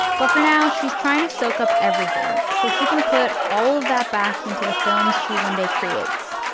but for now, she's trying to soak up everything so she can put all of that back into the films she one day creates.